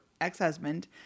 ex-husband